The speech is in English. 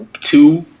two